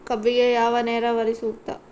ಕಬ್ಬಿಗೆ ಯಾವ ನೇರಾವರಿ ಸೂಕ್ತ?